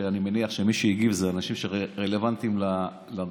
ואני מניח שמי שהגיבו אלה אנשים שרלוונטיים לתחום,